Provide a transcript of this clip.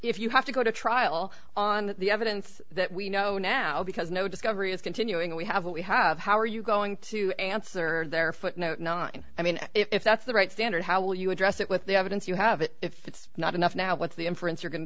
have to go to trial on the evidence that we know now because no discovery is continuing we have what we have how are you going to answer their footnote nine i mean if that's the right standard how will you address it with the evidence you have if it's not enough now what's the inference you're going to